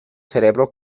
cerebro